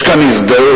יש כאן הזדהות.